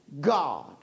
God